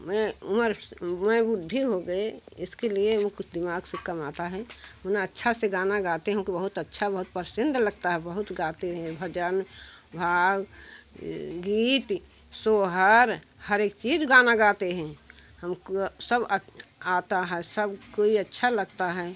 मैं मैं बुड्ढी हो गई इसके लिए वो कुछ दिमाग से कम आता है वरना अच्छे से गाना गाती हूँ कि बहुत अच्छा पसंद लगता है बहुत गाते हैं भजन भाव गीत सुहार हर एक चीज़ गाना गाते हैं सब आता है सब कोई अच्छा लगता है